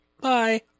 Bye